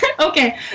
Okay